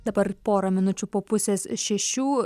dabar porą minučių po pusės šešių